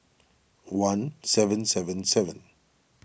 one seven seven seven